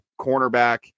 cornerback